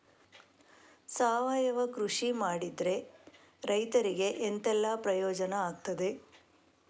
ಸಾವಯವ ಕೃಷಿ ಮಾಡಿದ್ರೆ ರೈತರಿಗೆ ಎಂತೆಲ್ಲ ಪ್ರಯೋಜನ ಆಗ್ತದೆ?